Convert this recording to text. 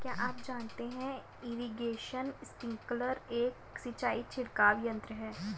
क्या आप जानते है इरीगेशन स्पिंकलर एक सिंचाई छिड़काव यंत्र है?